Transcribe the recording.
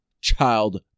child